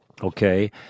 Okay